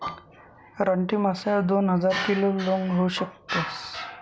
रानटी मासा ह्या दोन हजार किलो लोंग होऊ शकतस